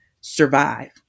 survive